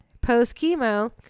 post-chemo